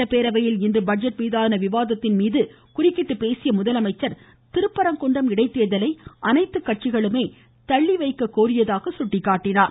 சட்டப்பேரவையில் இன்று பட்ஜெட் மீதான விவாதத்தின் மீது குறுக்கிட்டு பேசிய அவர் திருப்பரங்குன்றம் இடைத்தேர்தலை அனைத்து கட்சிகளுமே தள்ளிவைக்க கோரியது என்றார்